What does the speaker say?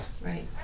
right